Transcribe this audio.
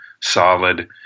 solid